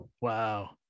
Wow